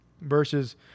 versus